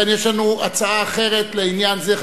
לכן, יש לנו הצעה אחרת לעניין זה.